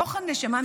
מתוך הנשמה,